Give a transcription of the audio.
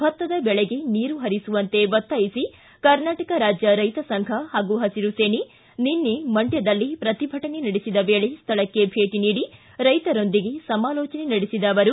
ಭತ್ತ ದೆಳೆಗೆ ನೀರು ಹರಿಸುವಂತೆ ಒತ್ತಾಯಿಸಿ ಕರ್ನಾಟಕ ರಾಜ್ಯ ರೈತ ಸಂಘ ಹಾಗೂ ಹಸಿರು ಸೇನೆ ನಿನ್ನೆ ಮಂಡ್ಕದಲ್ಲಿ ಪ್ರತಿಭಟನೆ ನಡೆಸಿದ ವೇಳೆ ಸ್ವಳಕ್ಕೆ ಭೇಟ ನೀಡಿ ರೈತರೊಂದಿಗೆ ಸಮಾಲೋಚಿಸಿದ ಅವರು